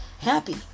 happy